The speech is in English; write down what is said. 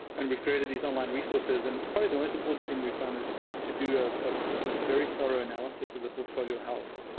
and we've created these online resources, and probably the most important thing we've done is to do a ah very thorough analysis of the portfolio health.